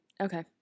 Okay